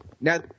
now